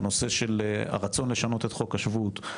הנושא של הרצון לשנות את חוק השבות,